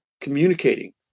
communicating